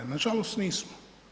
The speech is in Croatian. Nažalost nismo.